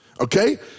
Okay